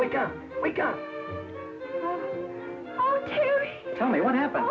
we got we got to tell me what happened